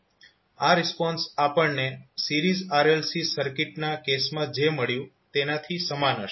આ રિસ્પોન્સ આપણને series RLC સર્કિટના કેસમાં જે મળ્યું તેનાથી સમાન હશે